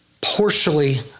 partially